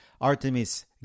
Artemis